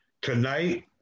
Tonight